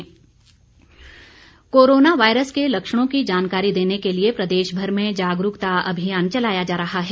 corona जागरूकता corona virus के लक्षणों की जानकारी देने के लिए प्रदेशभर में जागरूकता अभियान चलाया जा रहा है